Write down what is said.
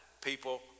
people